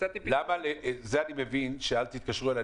אני מבין שאת אל תתקשרו אליי,